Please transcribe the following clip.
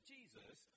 Jesus